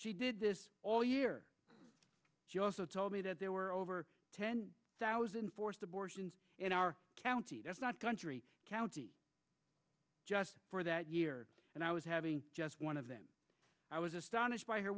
she did this all year she also told me that there were over ten thousand forced abortions in our county that's not country county just for that year and i was having just one of them i was astonished by her